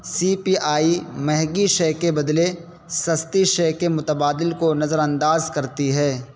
C P I مہنگی شئے کے بدلے سستی شئے کے متبادل کو نظر انداز کرتی ہے